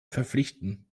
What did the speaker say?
verpflichten